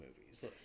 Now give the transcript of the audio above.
movies